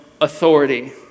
authority